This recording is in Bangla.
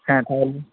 হ্যাঁ তাহলে